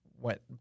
Went